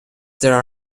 there